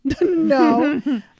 No